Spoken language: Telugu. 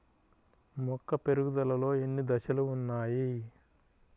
మొక్క పెరుగుదలలో ఎన్ని దశలు వున్నాయి?